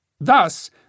Thus